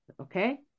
Okay